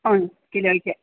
ആണ് കിലോയ്ക്ക്